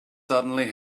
suddenly